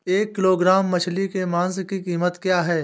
एक किलोग्राम मछली के मांस की कीमत क्या है?